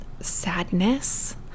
sadness